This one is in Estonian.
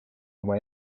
oma